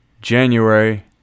January